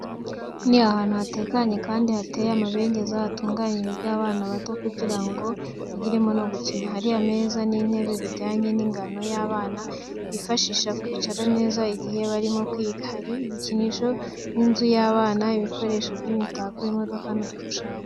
Ni ahantu hatekanye, kandi hateye amabengeza, hatunganyirijwe abana bato kugira ngo bigiremo no gukina. Hari ameza n'intebe bijyanye n'ingano y'abana bato. Bibafasha kwicara neza igihe barimo kwiga. Hari ibikinisho nk’inzu y’abana, ibikoresho by’imitako, imodoka, n’udushushanyo.